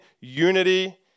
unity